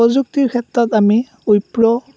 প্ৰযুক্তিৰ ক্ষেত্ৰত আমি উইপ্ৰ'